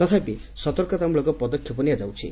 ତଥାପି ସତର୍କତାମ୍ଳକ ପଦକ୍ଷେପ ନିଆଯାଉଛି